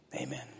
amen